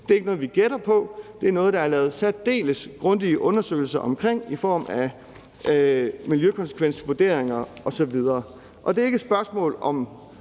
Det er ikke noget, vi gætter på; det er noget, der er lavet særdeles grundige undersøgelser omkring i form af miljøkonsekvensvurderinger osv. Og det er ikke et spørgsmål om